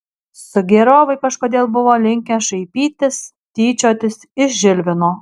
sugėrovai kažkodėl buvo linkę šaipytis tyčiotis iš žilvino